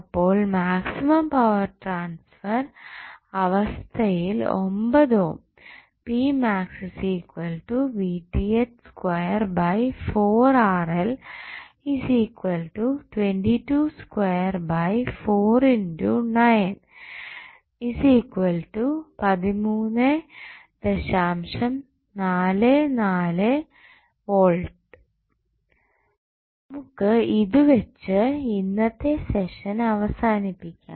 അപ്പോൾ maximum power transfer അവസ്ഥയിൽ 9 ohm നമുക്ക് ഇതുവെച്ച് ഇന്നത്തെ സെഷൻ അവസാനിപ്പിക്കാം